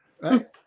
right